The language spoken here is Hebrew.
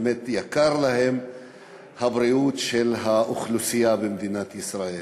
באמת יקרה להם הבריאות של האוכלוסייה במדינת ישראל.